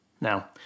Now